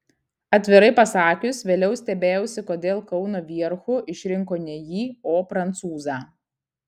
atvirai pasakius vėliau stebėjausi kodėl kauno vierchu išrinko ne jį o prancūzą